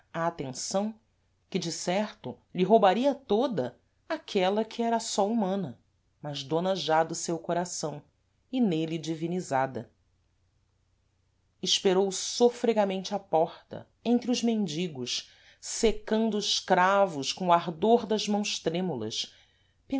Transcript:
atenção que de certo lhe roubaria toda aquela que era só humana mas dona já do seu coração e nele divinizada esperou sôfregamente à porta entre os mendigos secando os cravos com o ardor das mãos trémulas